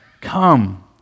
come